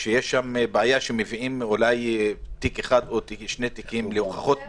יש בעיה שמביאים אולי תיק אחד או שניים להוכחות ביום.